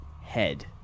head